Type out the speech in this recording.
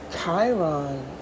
Chiron